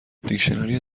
دیکشنری